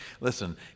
Listen